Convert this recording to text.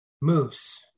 Moose